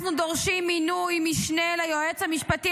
אנחנו דורשים מינוי משנה ליועץ המשפטי